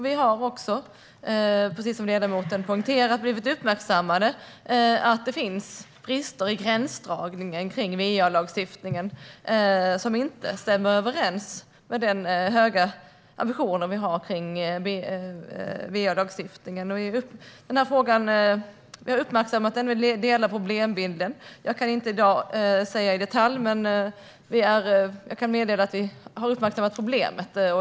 Vi har, precis som ledamoten poängterar, blivit uppmärksammade på att det finns brister i gränsdragningen i va-lagstiftningen som inte stämmer överens med den höga ambition vi har när det gäller va-lagstiftningen. Vi har uppmärksammat frågan och delar problembilden. Jag kan i dag inte i detalj säga mer, men jag kan meddela att vi har uppmärksammat problemet.